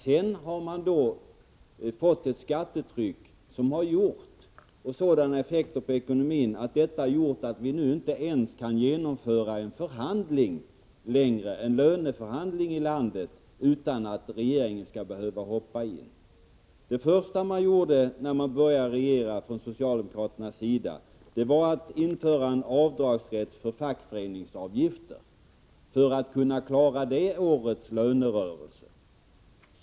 Sedan har man fått ett sådant skattetryck och sådana effekter på ekonomin att vi nu inte ens längre kan genomföra en löneförhandling i landet utan att regeringen skall behöva hoppa in. Det första som socialdemokraterna gjorde när de började regera var att införa avdragsrätt för fackföreningsavgifter — för att kunna klara det årets lönerörelse.